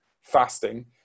fasting